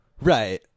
Right